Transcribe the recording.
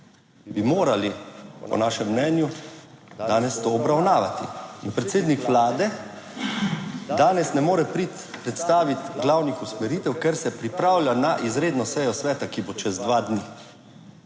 bi morali po našem mnenju danes to obravnavati. In predsednik Vlade danes ne more priti predstaviti glavnih usmeritev, ker se pripravlja na izredno sejo sveta, ki bo čez dva dni.